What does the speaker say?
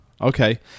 Okay